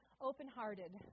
open-hearted